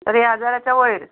एक हजाराच्या वयर